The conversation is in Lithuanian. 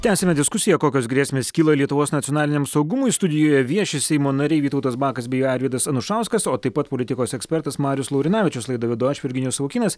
tęsiame diskusiją kokios grėsmės kyla lietuvos nacionaliniam saugumui studijoje vieši seimo nariai vytautas bakas bei arvydas anušauskas o taip pat politikos ekspertas marius laurinavičius laidą vedu aš virginijus savukynas